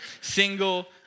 single